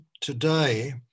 today